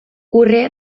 urrea